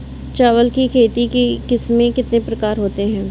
चावल की खेती की किस्में कितने प्रकार की होती हैं?